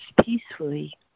peacefully